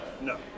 No